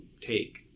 take